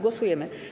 Głosujemy.